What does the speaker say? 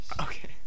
okay